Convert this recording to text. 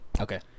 Okay